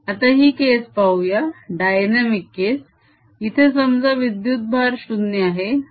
आता ही केस पाहूया डाय नेमिक केस इथे समजा विद्युत भार 0 आहे